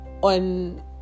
on